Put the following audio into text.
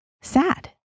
sad